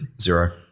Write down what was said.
Zero